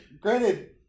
Granted